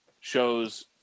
shows